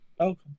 Okay